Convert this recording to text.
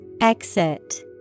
Exit